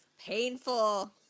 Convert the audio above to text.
Painful